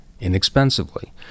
inexpensively